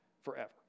forever